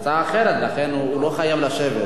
הצעה אחרת, לכן הוא לא חייב לעמוד.